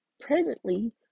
presently